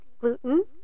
gluten